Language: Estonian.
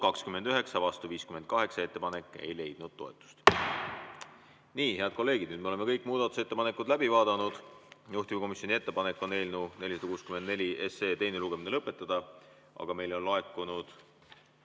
29, vastu 58. Ettepanek ei leidnud toetust. Nii. Head kolleegid! Nüüd me oleme kõik muudatusettepanekud läbi vaadanud. Juhtivkomisjoni ettepanek on eelnõu 464 teine lugemine lõpetada. Aga meile on laekunud